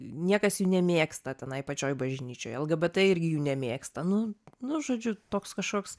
niekas jų nemėgsta tenai pačioj bažnyčioj lgbt irgi jų nemėgsta nu nu žodžiu toks kašoks